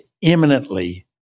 imminently